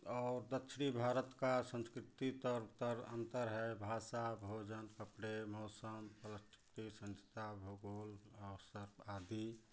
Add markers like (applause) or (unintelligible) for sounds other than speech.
और दक्षिणी भारत का संस्कृति तर तर अंतर है भाषा भोजन कपड़े मौसम (unintelligible) भूगोल अवसर आदि